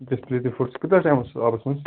display تہِ پھُٹس کۭتِس ٹایمَس اوس آبَس مَنٛز